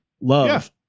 love